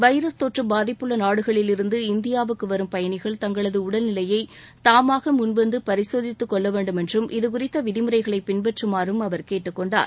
virus தொற்று பாதிப்புள்ள நாடுகளில் இருந்து இந்தியாவுக்கு வரும் பயணிகள் தங்களது உடல்நிலையை தாமாக முன்வந்து பரிசோதித்து கொள்ள வேண்டும் என்றும் இதுகுறித்த விதிமுறைகளை பின்பற்றுமாறும் அவர் கேட்டுக்கொண்டார்